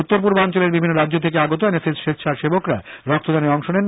উত্তর পূর্বাঞ্চলের বিভিন্ন রাজ্য থেকে আগত এন এস এস স্বেচ্ছাসেবকরা রক্তদানে অংশ নেয়